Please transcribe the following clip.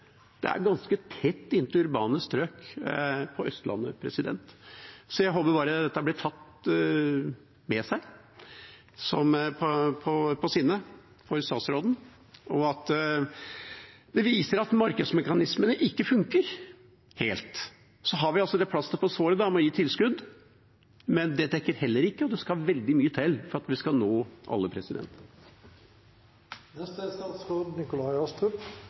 Det er ganske tett inntil urbane strøk på Østlandet. Så jeg håper bare statsråden legger seg dette på minne, at det viser at markedsmekanismene ikke funker helt. Så har vi det plasteret på såret med å gi tilskudd, men det dekker det heller ikke, og det skal veldig mye til for at vi skal nå alle.